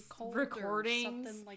recordings